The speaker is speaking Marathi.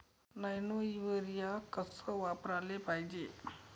नैनो यूरिया कस वापराले पायजे?